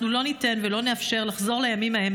אנחנו לא ניתן ולא נאפשר לחזור לימים ההם,